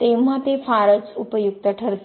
तेव्हा ते फारच उपयुक्त ठरते